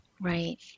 Right